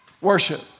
Worship